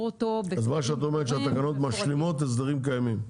אותו ב -- אז מה שאת אומרת זה שהתקנות משלימות להסדרים קיימים.